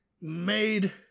made